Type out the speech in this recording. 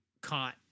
caught